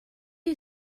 you